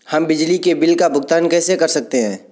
हम बिजली के बिल का भुगतान कैसे कर सकते हैं?